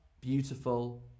beautiful